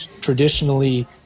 traditionally